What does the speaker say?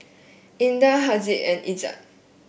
Indah Haziq and Izzat